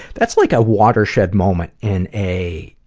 that's like a watershed moment in a.